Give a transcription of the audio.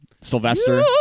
Sylvester